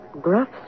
gruff